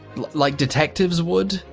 like detectives would?